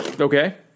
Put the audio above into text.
Okay